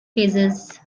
phases